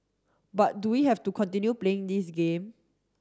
but do we have to continue playing this game